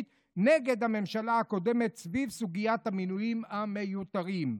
נגד הממשלה הקודמת סביב סוגיית המינויים המיותרים.